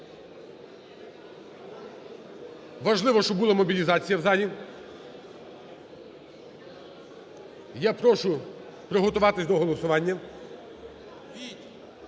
Важливо, щоб була мобілізація у залі. Я прошу приготуватись до голосування.